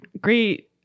great